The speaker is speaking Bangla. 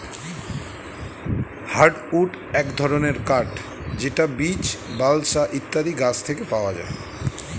হার্ডউড এক ধরনের কাঠ যেটা বীচ, বালসা ইত্যাদি গাছ থেকে পাওয়া যায়